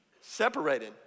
Separated